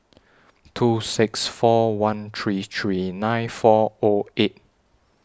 two six four one three three nine four O eight